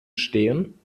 stehen